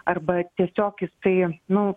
arba tiesiog į tai nu